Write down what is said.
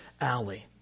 alley